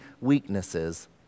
weaknesses